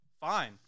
fine